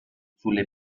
sulle